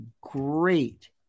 great